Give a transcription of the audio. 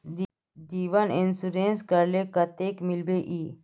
जीवन इंश्योरेंस करले कतेक मिलबे ई?